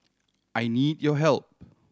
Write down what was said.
I need your help